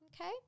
okay